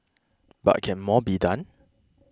but can more be done